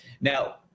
Now